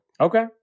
Okay